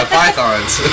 pythons